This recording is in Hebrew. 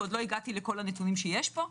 ועוד לא הגעתי לכל הנתונים שיש פה.